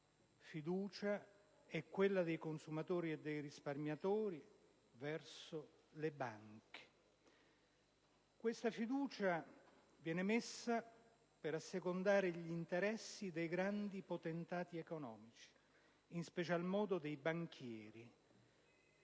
come quella dei consumatori e dei risparmiatori verso le banche. Questa fiducia viene posta invece per assecondare gli interessi dei grandi potentati economici, in special modo dei banchieri.